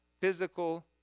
physical